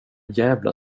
jävla